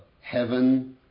heaven